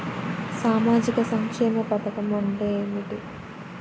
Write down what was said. సామాజిక సంక్షేమ పథకం అంటే ఏమిటి?